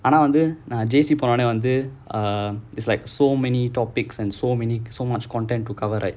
ஆனா வந்து நான்:aanaa vanthu naan J_C போனோனே வந்து:pononae vanthu uh it's like so many topics and so many so much content to cover right